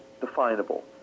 definable